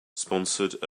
sponsored